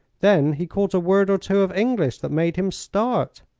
then he caught a word or two of english that made him start.